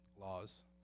laws